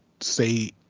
say